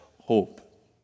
hope